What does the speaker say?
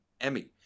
Emmy